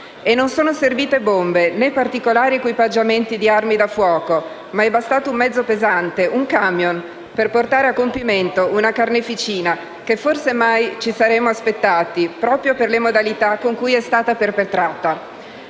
E non sono servite bombe, né particolari equipaggiamenti di armi da fuoco, ma è bastato un mezzo pesante, un camion, per portare a compimento una carneficina, che forse mai ci saremmo aspettati, proprio per le modalità con cui è stata perpetrata.